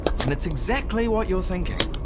and it's exactly what you're thinking.